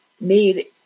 made